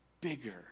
bigger